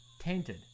Tainted